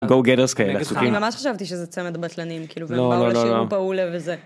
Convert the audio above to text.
go get us כאלה ממש חשבתי שזה צמד הבטלנים כאילו לא לא לא לא לשיר הופה הולה וזה.